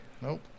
Nope